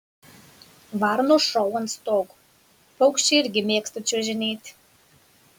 varnos šou ant stogo paukščiai irgi mėgsta čiuožinėti